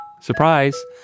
Surprise